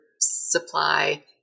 supply